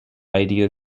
ideal